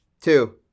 Two